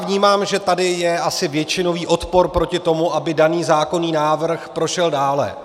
Vnímám, že tady asi je většinový odpor proti tomu, aby daný zákonný návrh prošel dále.